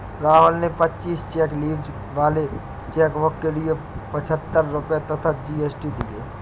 राहुल ने पच्चीस cheque leaves वाले चेकबुक के लिए पच्छत्तर रुपये तथा जी.एस.टी दिए